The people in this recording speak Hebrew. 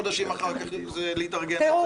שלקחו הלוואות ולא היו יכולות להחזיר אותן